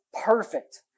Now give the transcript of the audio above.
perfect